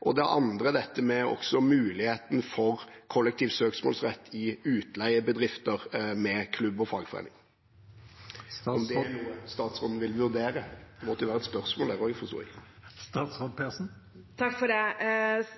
og dette med muligheten for kollektiv søksmålsrett i utleiebedrifter med klubb og fagforening. Er det noe statsråden vil vurdere? Det måtte jo være et spørsmål der også, forsto jeg.